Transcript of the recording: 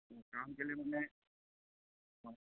কাৰণ কেলৈ মানে অঁ